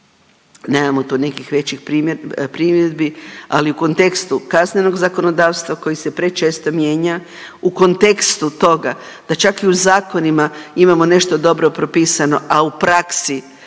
nemamo tu nekih većih primjedbi, ali u kontekstu kaznenog zakonodavstva koji se prečesto mijenja, u kontekstu toga da čak i u zakonima imamo nešto dobro propisano, a u praksi